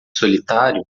solitário